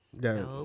Nope